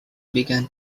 began